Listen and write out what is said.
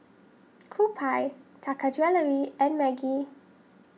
Kewpie Taka Jewelry and Maggi